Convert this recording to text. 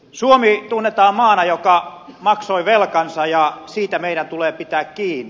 suomi tunnetaan maana joka maksoi velkansa ja siitä meidän tulee pitää kiinni